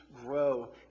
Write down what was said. grow